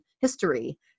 history